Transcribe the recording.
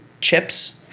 chips